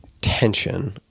tension